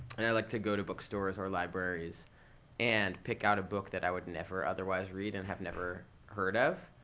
and i like to go to bookstores or libraries and pick out a book that i would never otherwise read and have never heard of.